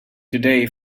today